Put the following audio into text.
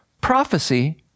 Prophecy